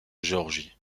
géorgie